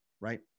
right